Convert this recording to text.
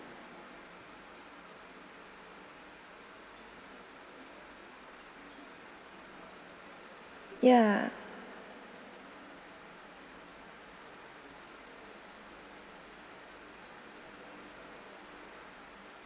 ya